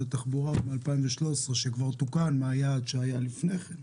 התחבורה מ-2013 שכבר תוקן מהיעד שהיה לפני כן.